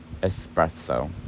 Espresso